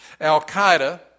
Al-Qaeda